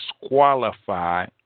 disqualify